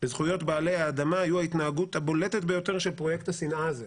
בזכויות בעלי האדמה הייתה ההתנהגות הבולטת ביותר של פרויקט השנאה הזה.